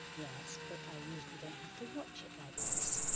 yes but i usually don't have to watch it like this.